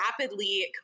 rapidly